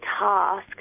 task